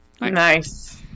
Nice